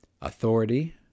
authority